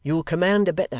you will command a better,